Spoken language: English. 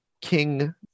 King